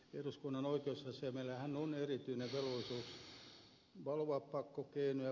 eduskunnan oikeusasiamiehellähän on erityinen velvollisuus valvoa pakkokeinoja